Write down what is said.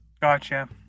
Gotcha